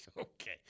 Okay